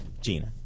Gina